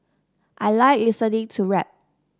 I like listening to rap